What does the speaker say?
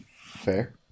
fair